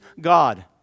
God